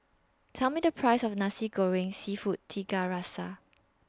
Tell Me The Price of Nasi Goreng Seafood Tiga Rasa